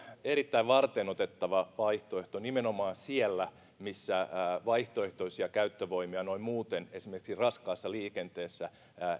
erittäin varteenotettava vaihtoehto nimenomaan siellä missä vaihtoehtoisia käyttövoimia noin muuten esimerkiksi raskaassa liikenteessä